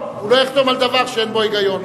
הוא לא יחתום על דבר שאין בו היגיון.